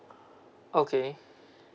okay